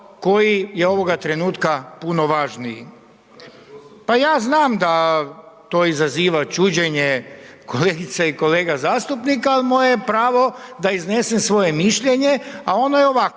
koji je ovoga trenutka puno važniji. Pa ja znam da to izaziva čuđenje kolegica i kolega zastupnika, ali moje je pravo da iznesem svoje mišljenje, a ono je ovakovo.